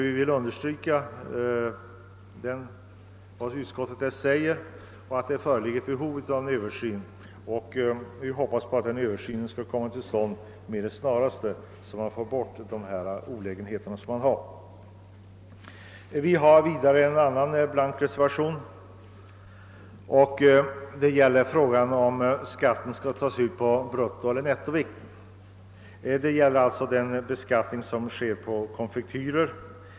Vi vill understryka vad utskottet skriver om att det föreligger ett behov av en öÖversyn, och vi hoppas att den översynen skali komma till stånd med det snaraste och leda till att de nuvararde olägenheterna försvinner. Vi har en annan blank reservation, som gäller frågan huruvida skatten på konfektyrer skall tas ut på bruttovikt eller nettovikt.